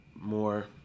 more